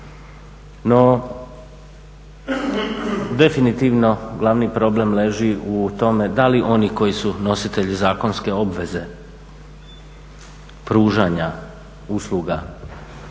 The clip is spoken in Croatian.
No, definitivno glavni problem leži u tome da li oni koji su nositelji zakonske obveze pružanja usluga